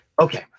okay